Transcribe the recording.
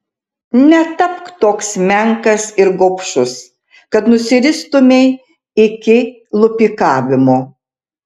netapk toks menkas ir gobšus kad nusiristumei iki lupikavimo